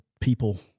people